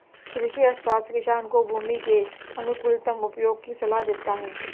कृषि अर्थशास्त्र किसान को भूमि के अनुकूलतम उपयोग की सलाह देता है